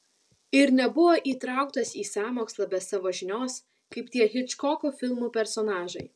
ir nebuvo įtrauktas į sąmokslą be savo žinios kaip tie hičkoko filmų personažai